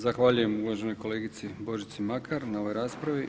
Zahvaljujem uvaženoj kolegici Božici Makar na ovoj raspravi.